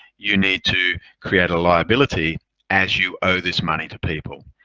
you need to create a liability as you owe this money to people.